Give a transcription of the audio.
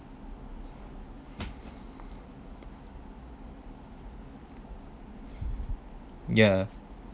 yeah